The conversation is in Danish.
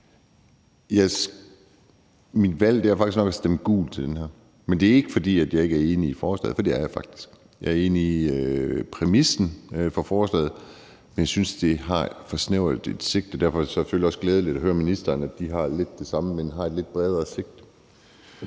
Mit valg er faktisk nok at stemme gult til den her. Men det er ikke, fordi jeg ikke er enig i forslaget, for det er jeg faktisk. Jeg er enig i præmissen for forslaget, men jeg synes, det har for snævert et sigte. Derfor er det selvfølgelig også glædeligt at høre ministeren sige, at de lidt har det samme, men har et lidt bredere sigte.